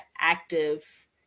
active